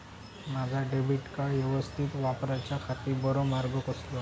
माजा debit card यवस्तीत वापराच्याखाती बरो मार्ग कसलो?